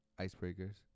icebreakers